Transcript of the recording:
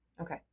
Okay